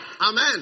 Amen